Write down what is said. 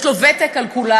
יש לו ותק על כולנו,